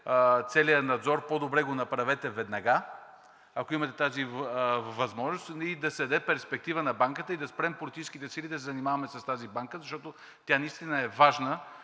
целия Надзор, по добре го направете веднага, ако имате тази възможност и да се даде перспектива на Банката, и да спрем политическите сили да се занимаваме с тази банка, защото тя наистина е важна